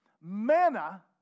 manna